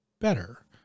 better